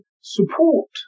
support